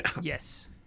Yes